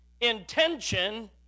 intention